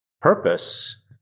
Purpose